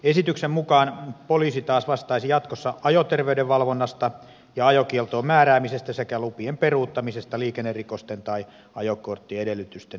esityksen mukaan poliisi taas vastaisi jatkossa ajoterveyden valvonnasta ja ajokieltoon määräämisestä sekä lupien peruuttamisesta liikennerikosten tai ajokorttiedellytysten menettämisen takia